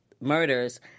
murders